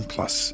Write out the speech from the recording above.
Plus